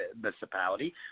municipality